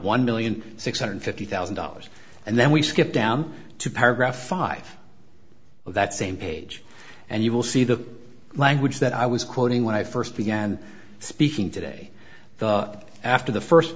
one million six hundred fifty thousand dollars and then we skip down to paragraph five of that same page and you will see the language that i was quoting when i first began speaking today after the first